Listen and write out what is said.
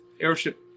Airship